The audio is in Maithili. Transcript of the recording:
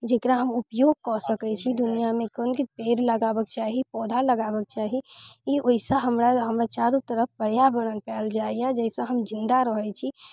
जकरा हम उपयोग कऽ सकै छी दुनिआमे कोन कोन पेड़ लगाबऽके चाही पौधा लगाबऽके चाही ई ओइसँ हमरा हमर चारू तरफ पर्यावरण पायल जाइए जाहिसँ हम जिन्दा रहै छी